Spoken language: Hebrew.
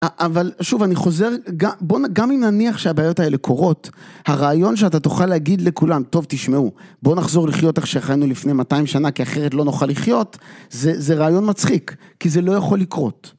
אבל שוב, אני חוזר, בוא, גם אם נניח שהבעיות האלה קורות, הרעיון שאתה תוכל להגיד לכולם, טוב תשמעו, בוא נחזור לחיות איך שחיינו לפני 200 שנה, כי אחרת לא נוכל לחיות, זה רעיון מצחיק, כי זה לא יכול לקרות.